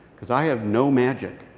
because i have no magic.